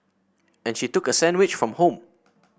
and she took a sandwich from home